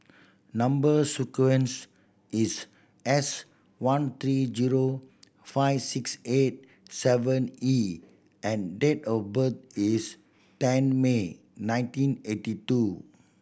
number sequence is S thirteen zero five six eight seven E and date of birth is ten May nineteen eighty two